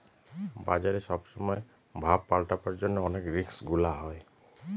বাজারে সব সময় ভাব পাল্টাবার জন্য অনেক রিস্ক গুলা হয়